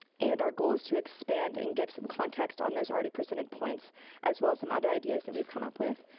and our goal is to expand and give some context on those already presented points as well as some other ideas that we've come up with.